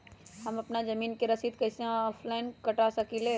हम अपना जमीन के रसीद कईसे ऑनलाइन कटा सकिले?